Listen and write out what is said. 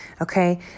Okay